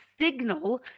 signal